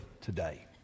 today